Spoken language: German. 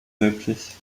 möglich